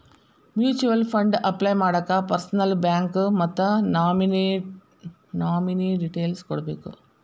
mutual fund apply ಮಾಡಾಕ ಪರ್ಸನಲ್ಲೂ bank ಮತ್ತ ನಾಮಿನೇ ಡೇಟೇಲ್ಸ್ ಕೋಡ್ಬೇಕ್